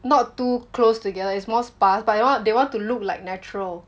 not too close together is most sparse but you want they want to look like natural